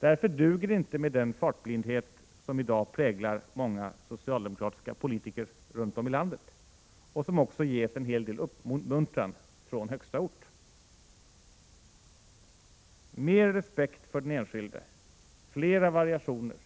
Därför duger det inte med den fartblindhet som i dag präglar många socialdemokratiska politiker runt om i landet och som också ges en hel del uppmuntran från högsta ort. Mer respekt för den enskilde, flera variationer